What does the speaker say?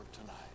tonight